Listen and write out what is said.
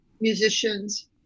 musicians